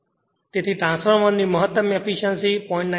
તેથી ટ્રાન્સફોર્મરની મહત્તમ એફીશ્યંસી 0